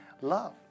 love